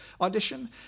audition